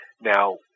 Now